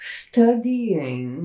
studying